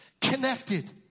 connected